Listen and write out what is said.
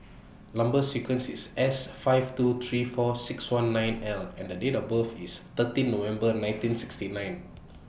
Number sequence IS S five two three four six one nine L and The Date of birth IS thirteen November nineteen sixty nine